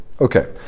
Okay